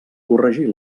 corregir